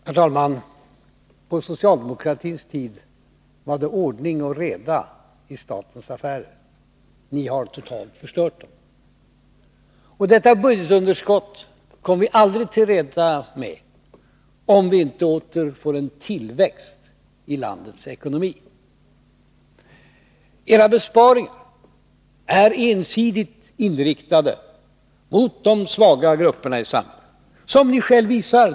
Herr talman! På socialdemokratins tid var det ordning och reda i statens affärer. Ni har totalt förstört dem. Det budgetunderskott som är resultatet kommer vi aldrig till rätta med om vi inte åter får en tillväxt i landets ekonomi. Era besparingar är — som ni själva visar — ensidigt riktade mot de svaga grupperna i samhället.